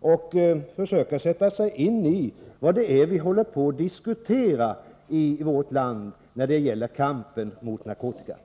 och försöka sätta sig in i vad det är som vi i vårt land diskuterar när det gäller kampen mot narkotikan.